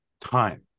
time